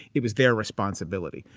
it was their responsibility.